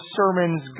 sermons